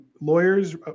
lawyers